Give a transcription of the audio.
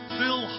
fill